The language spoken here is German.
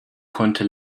konnte